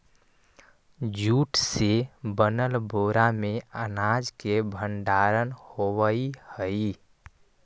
jute से बनल बोरा में अनाज के भण्डारण होवऽ हइ